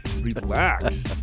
relax